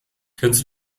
kennst